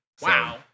Wow